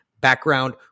background